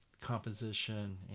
composition